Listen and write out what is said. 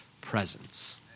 presence